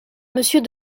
monsieur